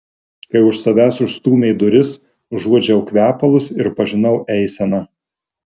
kai už savęs užstūmė duris užuodžiau kvepalus ir pažinau eiseną